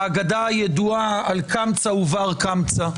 האגדה הידועה על קמצא ובר-קמצא.